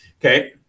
Okay